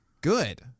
good